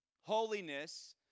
Holiness